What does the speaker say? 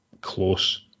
close